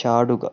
ചാടുക